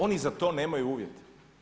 Oni za to nemaju uvjete.